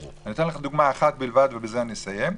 אני אתן לך דוגמה ובזה אני אסיים.